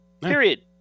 Period